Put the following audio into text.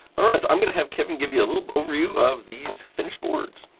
ah right so, i've going to have kevin give you a little overview of these finished boards.